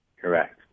Correct